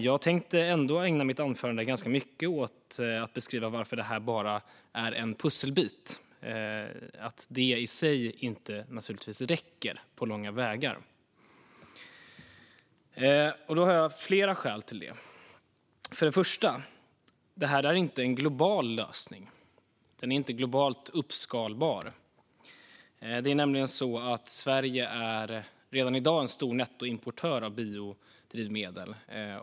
Jag tänkte ändå ägna mitt anförande ganska mycket åt att beskriva varför detta bara är en pusselbit och att detta i sig naturligtvis inte räcker på långa vägar. Jag har flera skäl till det. För det första är detta inte en global lösning. Den är inte globalt uppskalbar. Det är nämligen så att Sverige redan i dag är en stor nettoimportör av biodrivmedel.